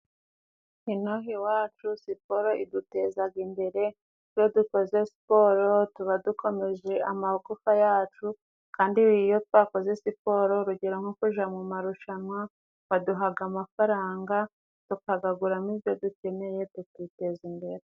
Inaha iwacu siporo idutezaga imbere, iyo dukoze siporo tuba dukomeje amagufa yacu, kandi iyo twakoze siporo urugero nko kuja mu marushanwa, baduhaga amafaranga, tukagaguramo ibyo dukeneye, tukiteza imbere.